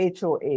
HOA